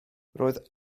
roedd